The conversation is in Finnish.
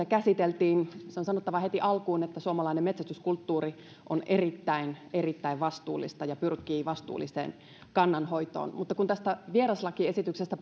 käsiteltiin se on sanottava heti alkuun että suomalainen metsästyskulttuuri on erittäin erittäin vastuullista ja pyrkii vastuulliseen kannanhoitoon mutta kun tästä vieraslajiesityksestä